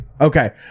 Okay